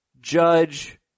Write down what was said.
Judge